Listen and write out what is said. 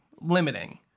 limiting